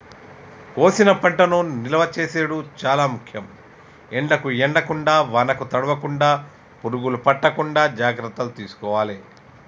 కోసిన పంటను నిలువ చేసుడు చాల ముఖ్యం, ఎండకు ఎండకుండా వానకు తడవకుండ, పురుగులు పట్టకుండా జాగ్రత్తలు తీసుకోవాలె